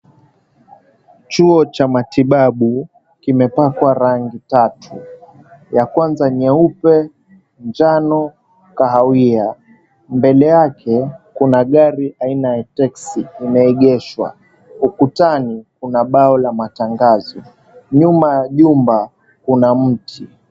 Chuo cha matibabu kimepakwa rangi tatu, ya kwanza nyeupe, njano, kahawia. Mbele yake, kuna gari aina ya texi limeegeshwa. Ukutani kuna mbao la matangazo. Nyuma ya jumba kuna mti.